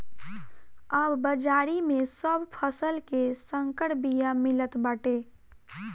अब बाजारी में सब फसल के संकर बिया मिलत बाटे